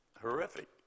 horrific